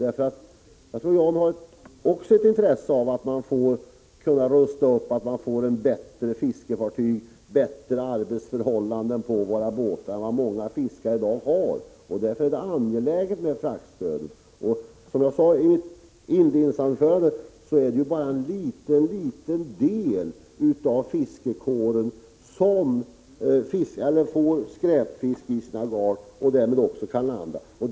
John Andersson har säkerligen också intresse av att man kan rusta upp båtar, att man får bättre fiskefartyg och bättre arbetsförhållanden på båtarna än vad många fiskare i dag har. Därför är det angeläget med fraktstöd. Som jag sade i mitt inledningsanförande är det bara en liten del av fiskarkåren som får skräpfisk i sina garn och därmed kan landa den.